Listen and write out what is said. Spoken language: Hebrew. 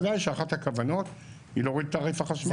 ודאי שאחת הכוונות היא להוריד את תעריף החשמל.